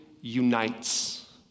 unites